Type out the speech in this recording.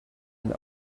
and